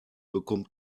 bekommt